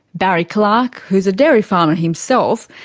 barry clarke, who's a dairy farmer himself,